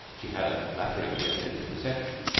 she had a flatteringly attentive reception.